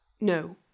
no